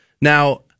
Now